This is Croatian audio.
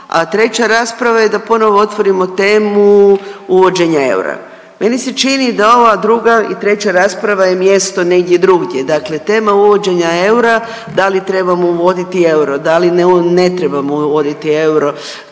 treća rasprava je da ponovo otvorimo temu uvođenja eura. Meni se čini da ova druga i treća rasprava je mjesto negdje drugdje, dakle tema uvođenja eura, da li trebamo uvoditi euro, da li ne trebamo uvoditi euro,